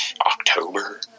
October